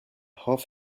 half